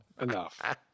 Enough